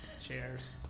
Cheers